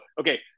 okay